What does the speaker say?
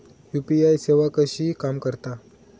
UPI सेवा कशी काम करता?